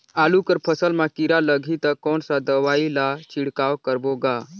आलू कर फसल मा कीरा लगही ता कौन सा दवाई ला छिड़काव करबो गा?